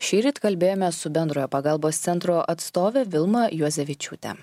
šįryt kalbėjomės su bendrojo pagalbos centro atstove vilma juozevičiūtė